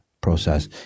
process